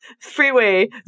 freeway